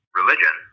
religion